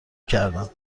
کردم